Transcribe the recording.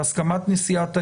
בהסכמת נשיאת העליון,